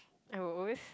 I will always